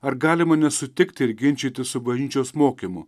ar galima nesutikti ir ginčytis su bažnyčios mokymu